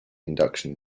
induction